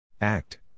Act